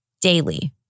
daily